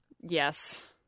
Yes